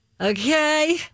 Okay